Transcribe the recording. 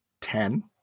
Ten